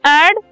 add